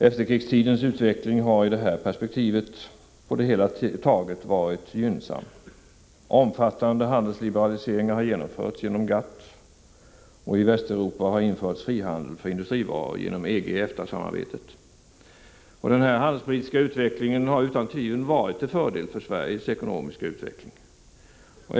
Efterkrigstidens utveckling har i det här perspektivet på det hela taget varit gynnsam. Omfattande handelsliberaliseringar har genomförts genom GATT, och i Västeuropa har införts frihandel för industrivaror genom EG-EFTA-samarbetet. Denna handelspolitiska utveckling har utan tvivel varit till fördel för Sveriges ekonomiska utveckling.